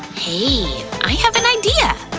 hey, i have an idea.